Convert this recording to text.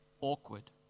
awkward